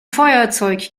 feuerzeug